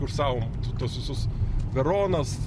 kursavom tuos visus veronas